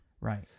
Right